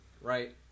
right